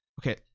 Okay